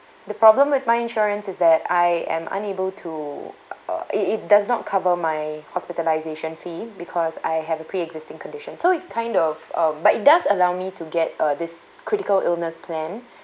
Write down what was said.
the problem with my insurance is that I am unable to uh it it does not cover my hospitalisation fee because I have a pre-existing condition so it kind of uh but it does allow me to get uh this critical illness plan